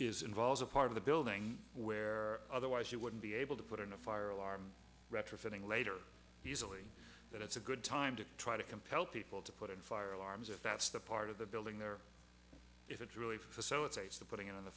is involves a part of the building where otherwise you wouldn't be able to put in a fire alarm retrofitting later easily that it's a good time to try to compel people to put in fire alarms if that's the part of the building there if it really facilitates the putting on the